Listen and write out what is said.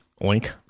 Oink